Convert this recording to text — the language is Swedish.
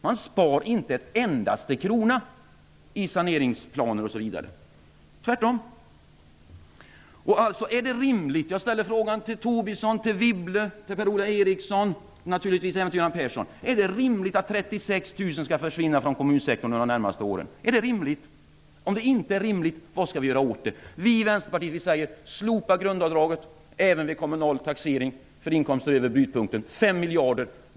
Man sparar inte en endaste krona i saneringsplaner, osv. - tvärtom! Jag ställer frågan till Lars Tobisson, till Anne Wibble, till Per-Ola Eriksson och naturligtvis även till Göran Persson om det är rimligt att 36 000 personer skall försvinna från kommunsektorn under de närmaste åren. Är det rimligt? Om det inte är rimligt, vad skall vi göra åt det? Vi i Vänsterpartiet säger: Slopa grundavdraget, även vid kommunal taxering, för inkomster över brytpunkten. Det ger 5 miljarder.